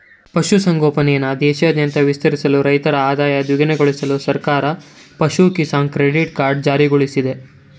ಪಶು ಸಂಗೋಪನೆನ ದೇಶಾದ್ಯಂತ ವಿಸ್ತರಿಸಲು ರೈತರ ಆದಾಯ ದ್ವಿಗುಣಗೊಳ್ಸಲು ಸರ್ಕಾರ ಪಶು ಕಿಸಾನ್ ಕ್ರೆಡಿಟ್ ಕಾರ್ಡ್ ಜಾರಿಗೊಳ್ಸಿದೆ